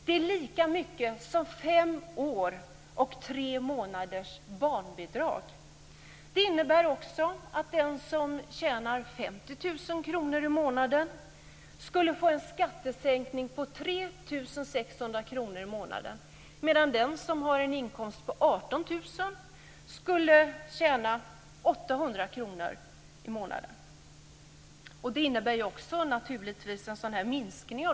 Det är lika mycket som fem år och tre månaders barnbidrag. Det innebär också att den som tjänar En sådan minskning av de statliga inkomsterna får förstås också konsekvenser.